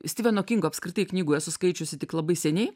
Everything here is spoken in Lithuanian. stiveno kingo apskritai knygų esu skaičiusi tik labai seniai